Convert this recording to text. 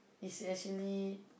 is actually